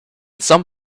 some